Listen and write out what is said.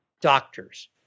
doctors